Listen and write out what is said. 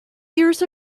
years